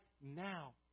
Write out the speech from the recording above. now